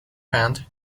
hand